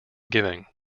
giving